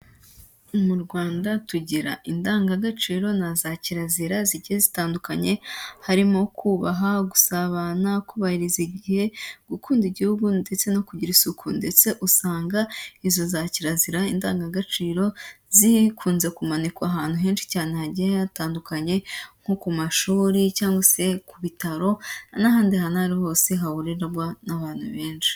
Mu Rwanda tugira indangagaciro na za kirazira zigiye zitandukanye harimo kubaha, gusabana, kubahiriza igihe, gukunda igihugu ndetse no kugira isuku, ndetse usanga izo za kirazira indangagaciro zikunze kumanikwa ahantu henshi cyane hagiye hatandukanye nko ku mashuri cyangwa se ku bitaro n'ahandi hantu hose hahurirwa n'abantu benshi.